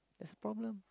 that's problem